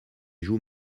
joue